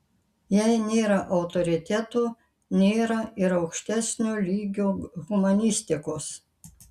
jei nėra autoritetų nėra ir aukštesnio lygio humanistikos